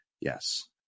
Yes